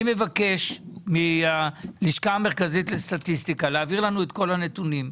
אני מבקש מהלשכה המרכזית לסטטיסטיקה להעביר לנו את כל הנתונים.